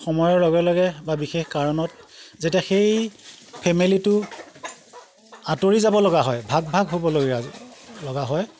সময়ৰ লগে লগে বা বিশেষ কাৰণত যেতিয়া সেই ফেমিলিটো আঁতৰি যাব লগা হয় ভাগ ভাগ হ'বলগীয়া লগা হয়